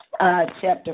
Chapter